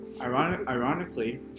Ironically